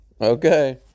okay